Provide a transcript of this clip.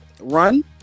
run